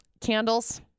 Candles